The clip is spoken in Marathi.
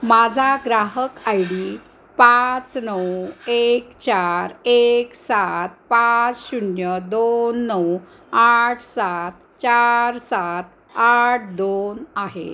माझा ग्राहक आय डी पाच नऊ एक चार एक सात पाच शून्य दोन नऊ आठ सात चार सात आठ दोन आहे